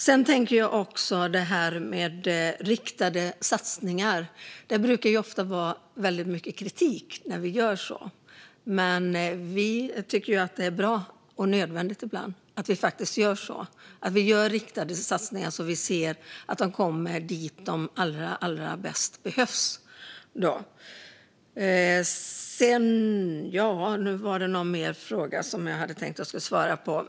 Det brukar bli mycket kritik när vi gör riktade satsningar, men vi tycker att det är bra och nödvändigt ibland att göra sådana så att vi ser att de kommer dit de behövs allra mest. Det var någon mer fråga jag hade tänkt svara på.